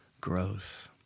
growth